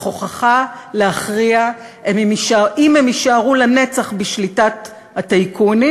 בכוחך להכריע אם הם יישארו לנצח בשליטת הטייקונים,